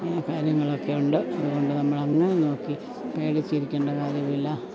കാര്യങ്ങളൊക്കെ ഉണ്ട് അതുകൊണ്ട് നമ്മൾ അങ്ങനെ നോക്കി പേടിച്ചിരിക്കേണ്ട കാര്യം ഇല്ല